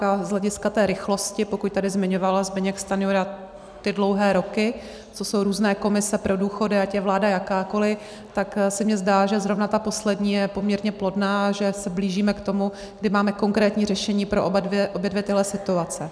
A z hlediska té rychlosti, pokud tady zmiňoval Zbyněk Stanjura ty dlouhé roky, co jsou různé komise pro důchody, ať je vláda jakákoli, tak se mi zdá, že zrovna ta poslední je poměrně plodná a že se blížíme k tomu, kdy máme konkrétní řešení pro obě dvě tyhle situace.